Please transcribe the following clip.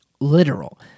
Literal